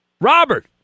Robert